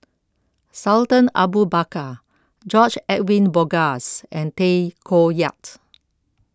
Sultan Abu Bakar George Edwin Bogaars and Tay Koh Yat